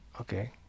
Okay